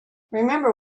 remember